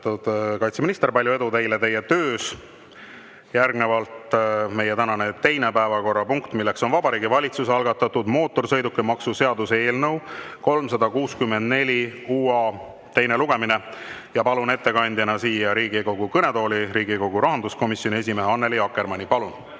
kaitseminister, palju edu teile teie töös! Järgnevalt meie tänane teine päevakorrapunkt, mis on Vabariigi Valitsuse algatatud mootorsõidukimaksu seaduse eelnõu 364 teine lugemine. Palun ettekandeks siia Riigikogu kõnetooli Riigikogu rahanduskomisjoni esimehe Annely Akkermanni.